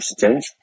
change